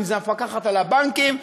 אם המפקחת על הבנקים,